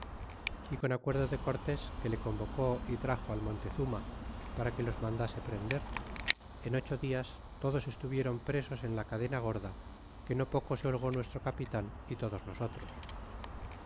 é con acuerdo de cortés que le convocó é traxo al montezuma para que los mandase prender en ocho dias todos estuvieron presos en la cadena gorda que no poco se holgó nuestro capitan y todos nosotros